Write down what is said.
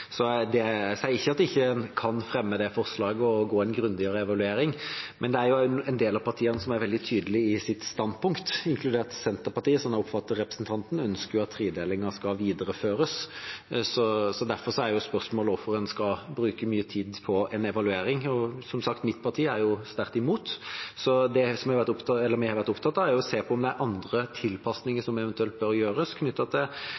sier ikke at en ikke kan fremme det forslaget og få en grundigere evaluering, men det er jo en del av partiene som er veldig tydelige i sitt standpunkt, inkludert Senterpartiet, som sånn jeg oppfatter representanten, ønsker at tredelingen skal videreføres. Derfor er spørsmålet hvorfor en skal bruke mye tid på en evaluering. Som sagt: Mitt parti er sterkt imot. Det vi har vært opptatt av, er å se på om det er andre tilpasninger som eventuelt bør gjøres, knyttet til